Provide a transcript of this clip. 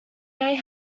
they